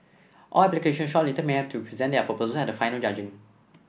all applications shortlisted may have to present their proposals at the final judging